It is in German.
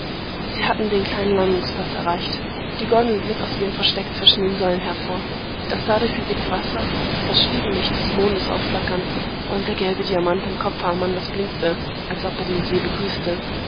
sie hatten den kleinen landungsplatz erreicht die gondel glitt aus ihrem versteck zwischen den säulen hervor das dadurch bewegte wasser ließ das spiegellicht des mondes aufflackern und der gelbe diamant am kopfe amandas blinkte als ob er den see begrüßte